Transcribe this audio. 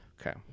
Okay